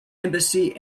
embassy